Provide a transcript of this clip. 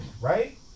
right